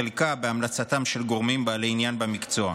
חלקה בהמלצתם של גורמים בעלי עניין במקצוע.